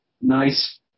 nice